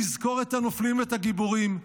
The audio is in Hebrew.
נזכור את הנופלים ואת הגיבורים,